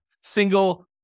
single